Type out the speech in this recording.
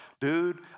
dude